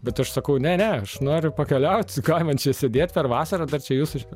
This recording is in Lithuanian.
bet aš sakau ne ne aš noriu pakeliauti ką man čia sėdėt per vasarą dar čia jūsų